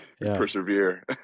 persevere